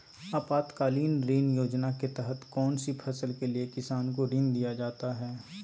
आपातकालीन ऋण योजना के तहत कौन सी फसल के लिए किसान को ऋण दीया जाता है?